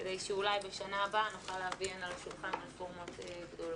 כדי שאולי בשנה הבאה נוכל להביא הנה לשולחן רפורמות גדולות.